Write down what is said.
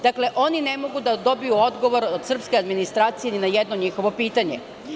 Dakle, oni ne mogu da dobiju odgovor od srpske administracije ni na jedno njihovo pitanje.